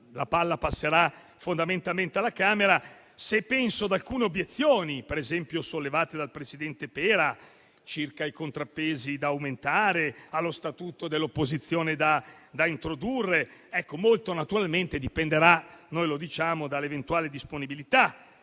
la palla passerà fondamentalmente alla Camera -, se penso ad alcune obiezioni, per esempio sollevate dal presidente Pera, circa i contrappesi da aumentare e allo statuto dell'opposizione da introdurre, molto dipenderà - noi lo diciamo - dall'eventuale disponibilità